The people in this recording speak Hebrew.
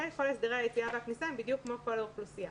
כל הסדרי היציאה והכניסה הם בדיוק כמו בכל האוכלוסייה.